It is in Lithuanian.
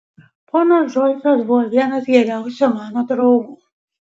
ponas džoisas buvo vienas geriausių mano draugų